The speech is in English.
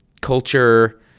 culture